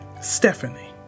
Stephanie